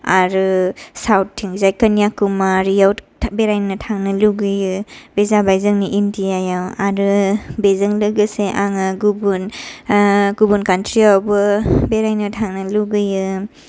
आरो साउथथिंजाय कन्याकुमारियाव बेरायनो थांनो लुगैयो बे जाबाय जोंनि इन्डियायाव आरो बेजों लोगोसे आङो गुबुन गुबुन कन्ट्रियावबो बेरायनो थांनो लुगैयो